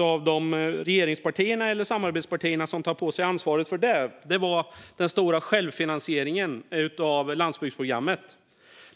av regeringspartierna eller samarbetspartierna som nu vill ta på sig ansvaret för det, var den stora självfinansieringen av landsbygdsprogrammet.